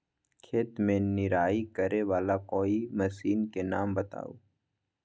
खेत मे निराई करे वाला कोई मशीन के नाम बताऊ?